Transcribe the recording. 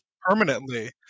permanently